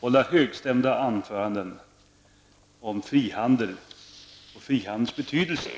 hålla högstämda anföranden om frihandeln och frihandelns betydelse.